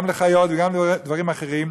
גם לחיות וגם דברים אחרים.